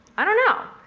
i don't know.